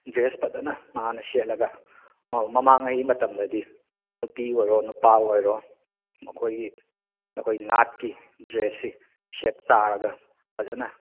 dress ꯐꯖꯅ ꯅꯥꯟꯅ ꯁꯦꯠꯂꯒ ꯃꯃꯥꯡꯉꯩ ꯃꯇꯝꯗꯗꯤ ꯅꯨꯄꯤ ꯑꯣꯏꯔꯣ ꯅꯨꯄꯥ ꯑꯣꯏꯔꯣ ꯃꯈꯣꯏꯒꯤ ꯃꯈꯣꯏꯒꯤ ꯅꯥꯠꯀꯤ ꯗ꯭ꯔꯦꯁꯁꯤ ꯁꯦꯠ ꯆꯥꯔꯒ ꯐꯖꯅ